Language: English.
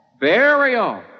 burial